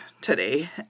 Today